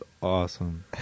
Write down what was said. awesome